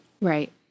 Right